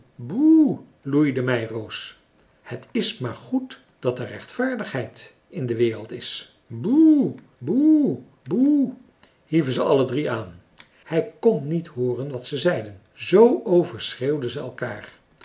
boe loeide meiroos het is maar goed dat er rechtvaardigheid in de wereld is boe boe boe hieven ze alle drie aan hij kon niet hooren wat ze zeiden zoo overschreeuwden ze elkaar